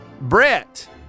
brett